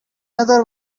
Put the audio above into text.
other